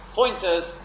pointers